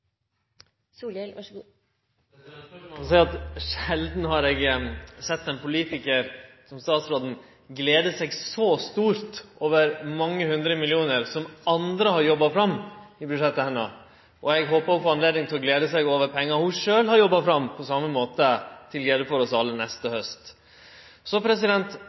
mange hundre millionar som andre har jobba fram i budsjettet hennar. Og eg håpar ho får anledning til å glede seg over pengar ho sjølv har jobba fram, på same måte og til glede for oss alle neste haust.